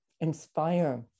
inspire